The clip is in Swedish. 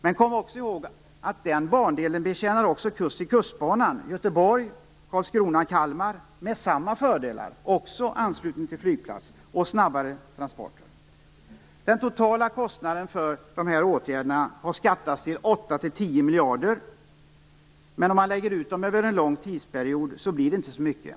Man måste komma ihåg att den bandelen också ger kust-till-kust-banan - Göteborg-Karlskrona Kalmar - samma fördelar. Det handlar också om anslutning till flygplats och om snabbare transporter. Den totala kostnaden för dessa åtgärder har skattats till 8-10 miljarder, men om man lägger ut dem över en lång tidsperiod blir det inte så mycket.